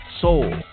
soul